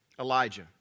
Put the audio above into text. Elijah